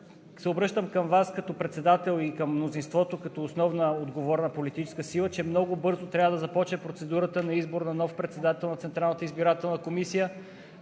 обръщам към Вас като председател и към мнозинството като основна отговорна политическа сила, че много бързо трябва да започне процедурата за избор на нов председател на